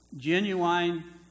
genuine